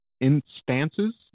instances